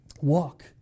Walk